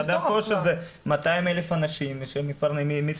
חדרי כושר זה 200,000 אנשים שמתפרנסים מכך.